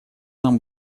нам